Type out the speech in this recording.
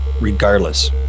regardless